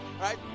right